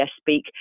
speak